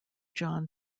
john